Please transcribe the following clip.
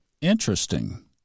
Interesting